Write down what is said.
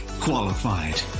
qualified